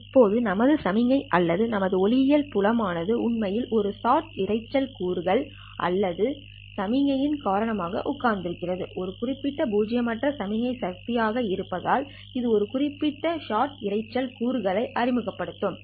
இப்போது நமது சமிக்ஞை அல்லது நமது ஒளியியல் புலம் ஆனது உண்மையில் ஒரு சமிக்ஞை காரணமாக உட்கார்ந்திருக்கிறது ஒரு குறிப்பிட்ட பூஜ்ஜியமற்ற சமிக்ஞை சக்தி ஆக இருப்பதால் இது ஒரு குறிப்பிட்ட ஷாட் இரைச்சல் கூறு அறிமுகப்படுத்தும்